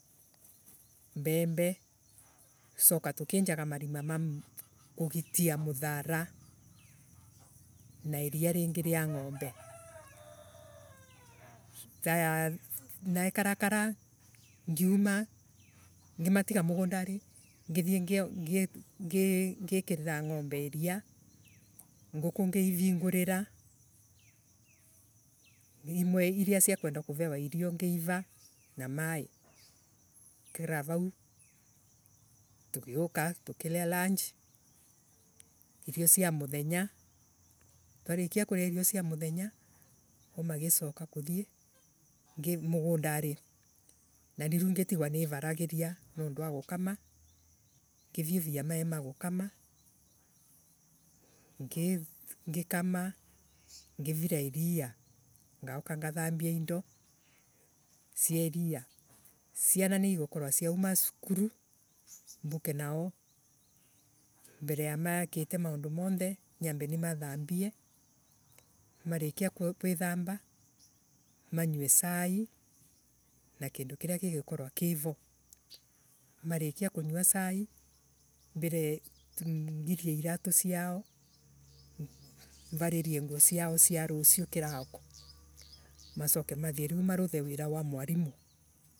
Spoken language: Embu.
Mbembe tucoka tukinjaga marima ma kugitia muthara na ria ringi ria ngome. nekarakara. ngimatiga mugundari ngithie ngi Ngikirira ngombe ria nguku ngiivingurira rimwe iria cia kwenda kuverwa irio cia muthenya. twa rikia kuria irio cia muthenya. twa rikia kuria irio cia muthenya o- magicoka kuthie ingi mugundari nanie riu njitigua nivaragiria nondu wa gukama ngiviuria maii ma gukoma ngikama. ngivira iria. ngauka ngathambia indo cia iria. Ciana ni igukurwo ciguma cukuru mbuke nao mbere ya kite maundu monthe nombe nimathambie. Marikia kuithamba manywe cai na kindu kiria gigukorwa kiro. Marikia kunywa cai mbire Ngirie iratu ciao. Mvaririe nguo ciao cia rucio kirauko. Macoke mathie riu maruthe wira wa mwarimu.